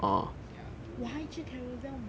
ya why 去 carousell 买我真是